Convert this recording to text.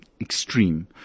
extreme